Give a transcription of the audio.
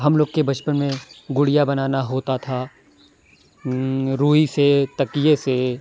ہم لوگ کے بچپن میں گُڑیا بنانا ہوتا تھا روئی سے تکیے سے